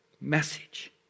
message